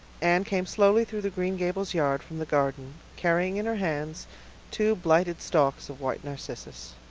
anne came slowly through the green gables yard from the garden, carrying in her hands two blighted stalks of white narcissus.